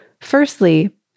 Firstly